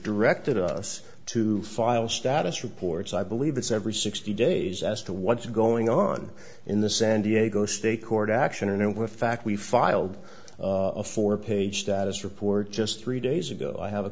directed us to file status reports i believe it's every sixty days as to what's going on in the san diego state court action and with fact we filed a four page status report just three days ago i have a